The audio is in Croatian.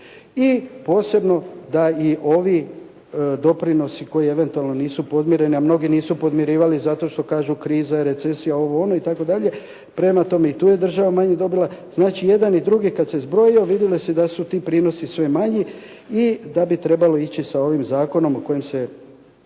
i posebno da i ovi doprinosi koji eventualno nisu podmireni, a mnogi nisu podmirivali zato što kažu kriza je, recesija, ovo, ono itd. Prema tome i tu je država manje dobila. Znači jedan i drugi kad se zbroje, vidjelo se da su ti prinosi sve manji i da bi trebalo ići sa ovim zakonom o kojem se